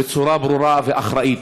בצורה ברורה ואחראית,